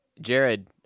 Jared